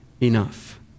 enough